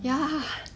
ya